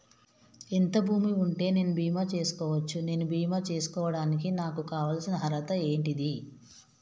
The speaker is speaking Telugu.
ఎంత భూమి ఉంటే నేను బీమా చేసుకోవచ్చు? నేను బీమా చేసుకోవడానికి నాకు కావాల్సిన అర్హత ఏంటిది?